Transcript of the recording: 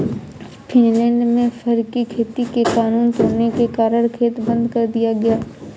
Finland में fur की खेती के कानून तोड़ने के कारण खेत बंद कर दिया गया